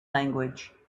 language